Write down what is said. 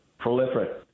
proliferate